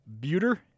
Buter